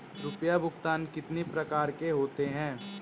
रुपया भुगतान कितनी प्रकार के होते हैं?